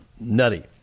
nutty